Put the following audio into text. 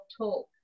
talk